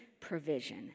provision